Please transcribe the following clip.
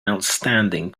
outstanding